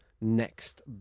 next